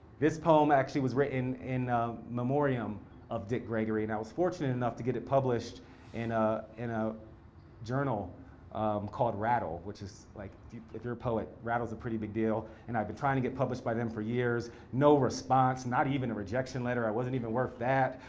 this poem actually was written in memorium of dick gregory, and i was fortunate enough to get it published in a in a journal called rattle, which is like if you're a poet, rattle is a pretty big deal and i've been trying to get published by them for years. no response, not even a rejection letter. i wasn't even worth that.